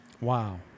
Wow